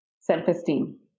self-esteem